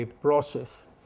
process